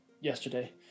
yesterday